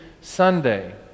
Sunday